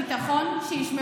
אתה פשוט לוחם חברתי אמיתי.